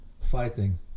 fighting